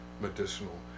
medicinal